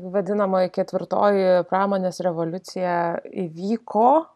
vadinamoji ketvirtoji pramonės revoliucija įvyko